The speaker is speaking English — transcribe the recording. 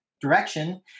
direction